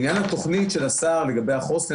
עניין התוכנית של השר לגבי החוסן,